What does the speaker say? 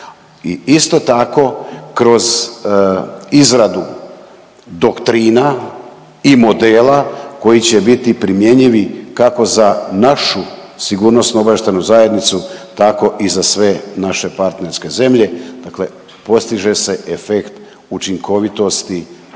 isto tako kroz izradu doktrina i modela koji će biti primjenjivi kako za našu sigurnosno-obavještajnu zajednicu tako i za sve naše partnerske zemlje, dakle postiže se efekt učinkovitosti